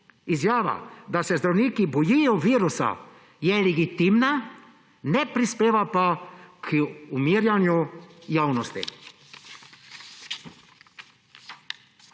Izjava, da se zdravniki bojijo virusa, je legitimna, ne prispeva pa k umirjanju javnosti.